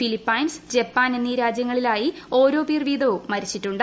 Philippines Japan എന്നീ രാജ്യങ്ങളിലായി ഓരോ പേർ വീതവും മരിച്ചിട്ടുണ്ട്